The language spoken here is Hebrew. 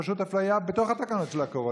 פשוט אפליה בתוך התקנות של הקורונה.